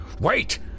Wait